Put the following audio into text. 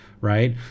Right